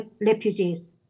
refugees